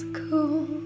cool